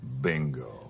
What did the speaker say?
Bingo